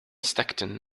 stockton